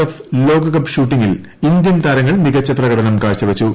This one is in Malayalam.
എഫ് ലോകകപ്പ് ഷൂട്ടിംഗിൽ ഇന്ത്യൻ താരങ്ങൾ മികച്ച പ്രകടനം കാഴ്ച വെച്ചു